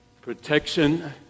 protection